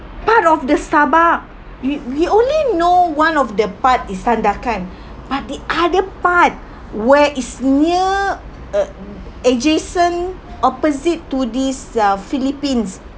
part of the sabah we we only know one of the part is sandakan but the other part where it's near uh adjacent opposite to this uh philippines